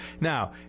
Now